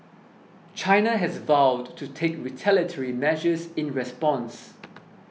China has vowed to take retaliatory measures in response